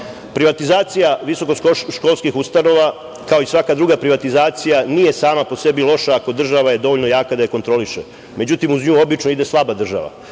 je. Privatizacija visokoškolskih ustanova, kao i svaka druga privatizacija nije sama po sebi loša, ako je država dovoljno jaka da je kontroliše. Međutim, uz nju obično ide slaba država